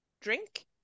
drink